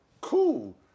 cool